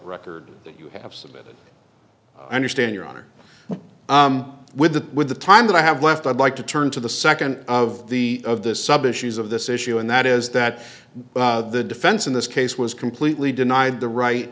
record you have submitted i understand your honor with the with the time that i have left i'd like to turn to the second of the of the sub issues of this issue and that is that the defense in this case was completely denied the right